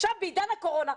עכשיו בעידן הקורונה,